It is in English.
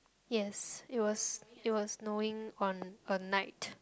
yes it was it was snowing on a night